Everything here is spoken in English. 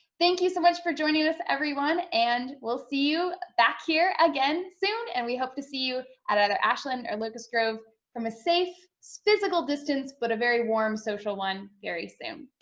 thank you so much for joining us everyone, and we'll see you back here again soon, and we hope to see you at either ashland or locust grove from a safe so physical distance, but a very warm social one very soon.